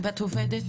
את עובדת?